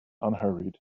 unhurried